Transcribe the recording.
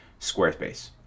Squarespace